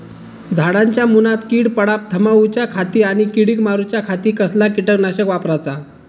झाडांच्या मूनात कीड पडाप थामाउच्या खाती आणि किडीक मारूच्याखाती कसला किटकनाशक वापराचा?